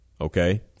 okay